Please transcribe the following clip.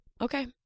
Okay